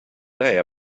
day